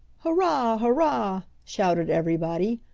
hurrah! hurrah! shouted everybody.